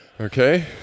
Okay